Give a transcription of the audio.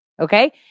Okay